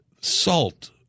salt